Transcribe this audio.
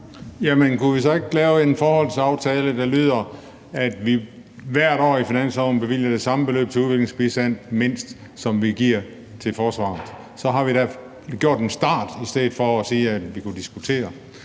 Kunne vi så ikke lave en forhåndsaftale om, at vi hvert år i finansloven mindst bevilgede det samme beløb til udviklingsbistand, som vi giver til forsvaret? Så er vi da begyndt på det i stedet for at sige, at vi kan diskutere